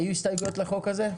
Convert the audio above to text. היו הסתייגויות לחוק הזה?